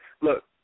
Look